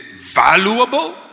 valuable